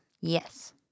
yes